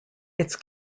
its